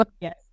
yes